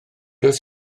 oes